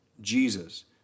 Jesus